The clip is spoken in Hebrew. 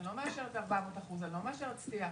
אני לא מאשרת 400%, אני לא מאשרת סטייה.